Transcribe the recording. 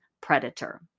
predator